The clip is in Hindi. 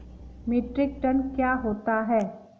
मीट्रिक टन क्या होता है?